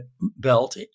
Belt